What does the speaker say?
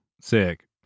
sick